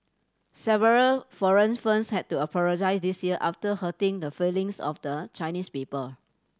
several foreign fens had to apologise this year after hurting the feelings of the Chinese people